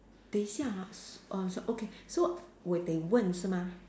等一下 ah s~ uh s~ okay so 我得问是吗